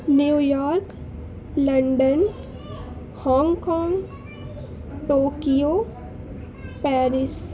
New York London Hong Kong Tokyo Paris